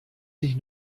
sich